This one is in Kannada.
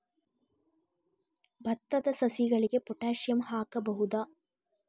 ಭತ್ತದ ಸಸಿಗಳಿಗೆ ಪೊಟ್ಯಾಸಿಯಂ ಹಾಕಬಹುದಾ?